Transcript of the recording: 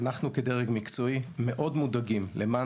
אנחנו כדרג מקצועי מאוד מודאגים למען